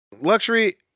Luxury